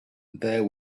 there